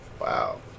Wow